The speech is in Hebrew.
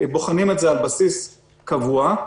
בוחנים את זה על בסיס קבוע.